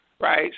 Right